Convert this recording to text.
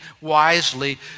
wisely